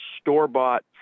store-bought